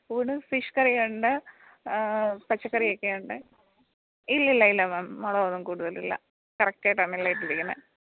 ഊണ് ഫിഷ് കറി ഉണ്ട് പച്ചക്കറി ഒക്കെ ഉണ്ട് ഇല്ല ഇല്ല ഇല്ല ഇല്ല മാം മുളകൊന്നും കൂടുതൽ ഇല്ല കറക്റ്റ് ആയിട്ടാണ് എല്ലാം ഇട്ടിരിക്കുന്നത്